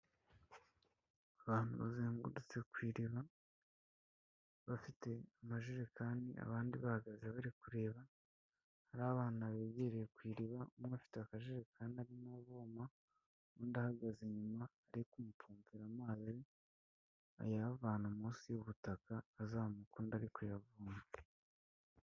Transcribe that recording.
Abantu bazengurutse ku iriba bafite amajerekani abandi bahagaze bari kureba, hari abana begereye ku iriba umwe afite akajerekani arimo avoma undi ahagaze inyuma ari kumupompera amazi ayavana munsi y'ubutaka azamura undi ari kuyavoma.